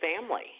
family